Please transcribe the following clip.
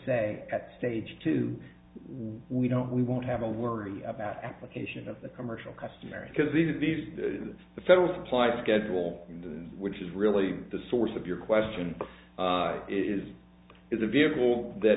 at stage two we don't we won't have to worry about application of the commercial customary because these are these the federal supply schedule in the which is really the source of your question is is a vehicle that